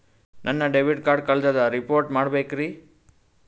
ನನ್ನ debit card ಕಳ್ದದ report ಮಾಡಬೇಕ್ರಿ